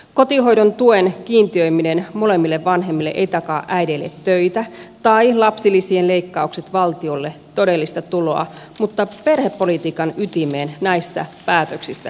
kotihoidon tuen kiintiöiminen molemmille vanhemmille ei takaa äideille töitä tai lapsilisien leikkaukset valtiolle todellista tuloa mutta perhepolitiikan ytimeen näissä päätöksissä kajotaan